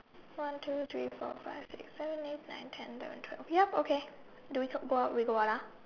one two three four five six seven eight nine ten eleven twelve yup okay do we go out we go out ah